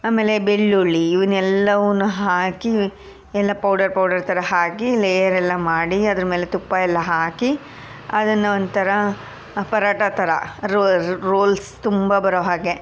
ಆಮೇಲೆ ಬೆಳ್ಳುಳ್ಳಿ ಇವುನ್ನೆಲ್ಲವೂ ಹಾಕಿ ಎಲ್ಲ ಪೌಡರ್ ಪೌಡರ್ ಥರ ಹಾಕಿ ಲೇಯರೆಲ್ಲ ಮಾಡಿ ಅದ್ರ ಮೇಲೆ ತುಪ್ಪ ಎಲ್ಲ ಹಾಕಿ ಅದನ್ನ ಒಂಥರ ಪರೋಟ ಥರ ರೋಲ್ ರೋಲ್ಸ್ ತುಂಬ ಬರೋ ಹಾಗೆ